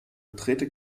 drehte